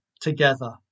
together